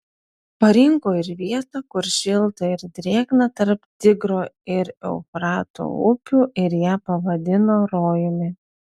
parinko ir vietą kur šilta ir drėgna tarp tigro ir eufrato upių ir ją pavadino rojumi